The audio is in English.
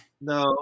No